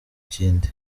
kindi